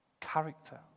character